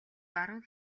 баруун